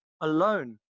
alone